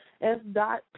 S-dot